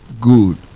good